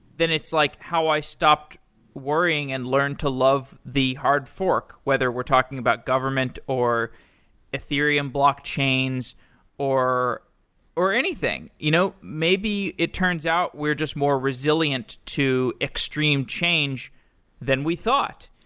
then it's like, how will i stop worrying and learn to love the hard fork? whether we're talking about government, or ethereum blockchains, or or anything. you know maybe it turns out we're just more resilient to extreme change than we thought.